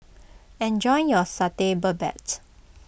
enjoy your Satay Babat